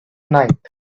night